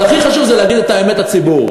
אבל הכי חשוב זה להגיד את האמת לציבור.